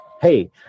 hey